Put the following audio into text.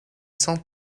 cent